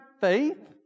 faith